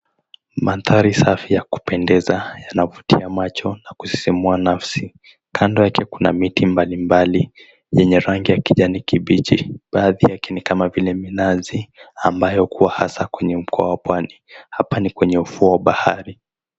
Mandhari safi ya kupendeza yanavutia macho na kusisimua nafsi kando yake kuna miti mbalimbali yenye rangi ya kijani kibichi baadhi yake ni kama vile minazi ambayo hukuwa haswa kwenye mikoba ya pwani. Hapa ni kwenye ufuo wa bahari.